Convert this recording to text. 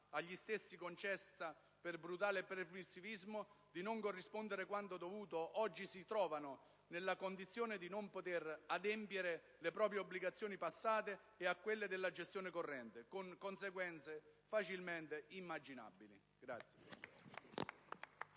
agli stessi concessa per brutale permissivismo, di non corrispondere quanto dovuto, oggi si trovano nella condizione di non poter adempiere alle proprie obbligazioni passate e a quelle della gestione corrente, con conseguenze facilmente immaginabili.